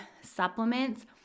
supplements